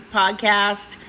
podcast